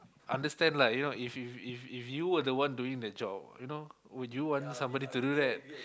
understand lah you know if if if if you were the one doing the job you know would you want somebody to do that